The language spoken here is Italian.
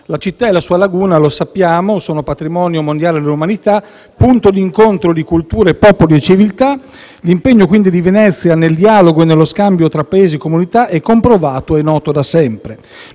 La città e la sua laguna, lo sappiamo, sono patrimonio mondiale dell'umanità, punto d'incontro di culture, popoli e civiltà. L'impegno quindi di Venezia nel dialogo e nello scambio tra Paesi e comunità è comprovato e noto da sempre.